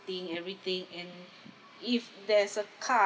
-ing everything and if there's a car